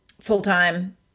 full-time